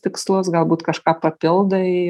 tikslus galbūt kažką papildai